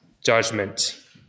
judgment